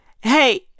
hey